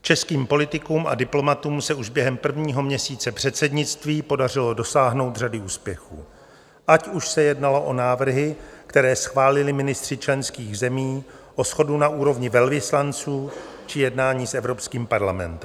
Českým politikům a diplomatům se už během prvního měsíce předsednictví podařilo dosáhnout řady úspěchů, ať už se jednalo o návrhy, které schválili ministři členských zemí, o shodu na úrovni velvyslanců či jednání s Evropským parlamentem.